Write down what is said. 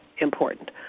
important